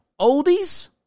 oldies